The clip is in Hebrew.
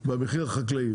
במחיר החקלאי,